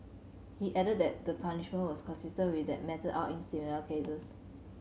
he added that the punishment was consistent with that meted out in similar cases